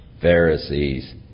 Pharisees